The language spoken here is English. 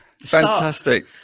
Fantastic